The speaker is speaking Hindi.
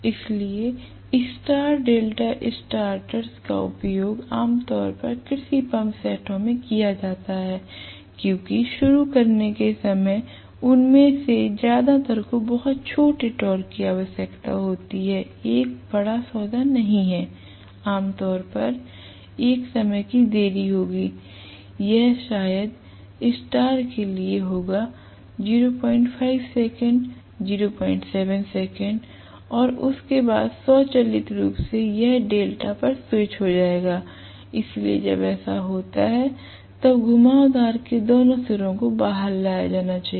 इसलिए स्टार डेल्टा स्टार्टर्स का उपयोग आमतौर पर कृषि पंप सेटों में किया जाता है क्योंकि शुरू करने के समय उनमें से ज्यादातर को बहुत छोटे टॉर्क की आवश्यकता होती है एक बड़ा सौदा नहीं है आम तौर पर एक समय की देरी होगी यह शायद स्टार के लिए होगा 05 सेकंड 07 सेकंड और उसके बाद स्वचालित रूप से यह डेल्टा पर स्विच हो जाएगा इसलिए जब ऐसा होता है तब घुमावदार के दोनों सिरों को बाहर लाया जाना चाहिए